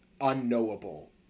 unknowable